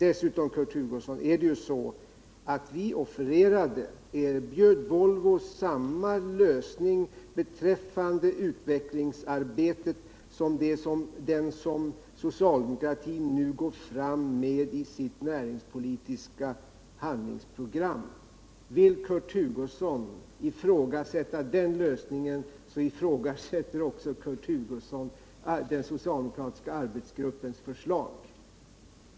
Dessutom är det så, Kurt Hugosson, att vi erbjöd Volvo samma lösning beträffande utvecklingsarbetet som den som socialdemokratin nu går fram med i sitt näringspolitiska handlingsprogram. Vill Kurt Hugosson ifrågasätta den lösningen så ifrågasätter han också den socialdemokratiska arbetsgruppens förslag.